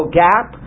gap